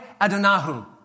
Adonahu